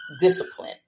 discipline